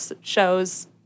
shows